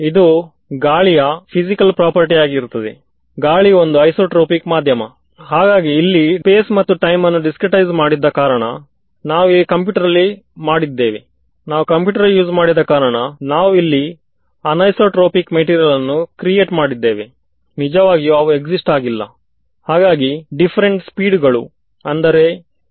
ವಿದ್ಯಾರ್ಥಿಹೌದು ಸರಿ ಸರಿ ಆದ್ದರಿಂದ ಮೊದಲನೆಯದು dl ನ್ನು ಪ್ರೈಮ್ ಎನ್ನುವ ಏಕೆಂದರೆ ನಾನು ನನ್ನ ಕಾಂಟೂರಿನ ಮೇಲೆ ಹೋಗುತ್ತಿದ್ದೇನೆ ನಾವು ಇನ್ನೂ TM ಪೋಲರೈಸೆಷನ್ ನಲ್ಲಿದ್ದೇವೆ ಅದಕ್ಕಾಗಿ ನಾನುನ್ನು ಬರೆದಿದ್ದೇನೆ